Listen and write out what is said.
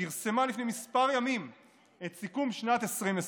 פרסמה לפני כמה ימים את סיכום שנת 2020,